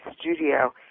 studio